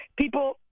people